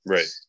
Right